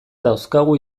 dauzkagu